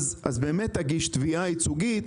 תגיש תביעה ייצוגית.